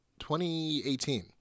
2018